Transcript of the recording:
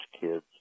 kids